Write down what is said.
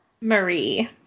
Marie